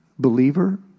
believer